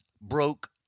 broke